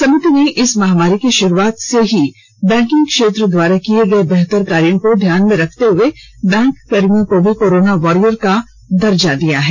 समिति ने इस महामारी की शुरुआत से ही बैंकिंग क्षेत्र द्वारा किए गए बेहतर कार्यों को ध्यान में रखते हुए बैंककर्मियों को भी कोरोना वारियर का दर्जा दिया है